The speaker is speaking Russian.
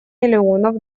миллионов